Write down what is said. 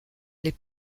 les